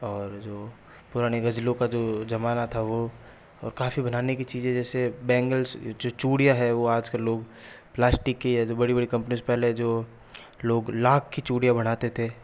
और जो पुराने गज़लों का जो जमाना था वो और काफ़ी बनाने की चीज़ें जैसे बैंगल्स जो चूड़ियाँ हैं वो आज कल लोग प्लास्टिक की है जो बड़ी बड़ी कंपनीज़ पहल जो लोग लाख की चूड़ियाँ बनाते थे